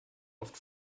oft